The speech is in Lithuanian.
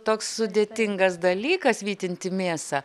toks sudėtingas dalykas vytinti mėsą